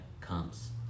comes